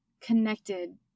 connected